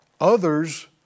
Others